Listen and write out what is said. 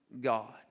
God